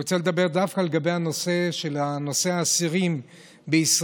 אני רוצה לדבר דווקא על נושא האסירים בישראל,